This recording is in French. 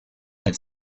elle